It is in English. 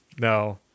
No